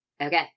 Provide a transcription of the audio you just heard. Okay